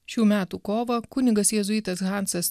šių metų kovą kunigas jėzuitas hansas